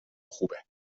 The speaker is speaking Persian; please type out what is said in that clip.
خوبه